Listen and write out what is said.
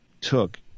took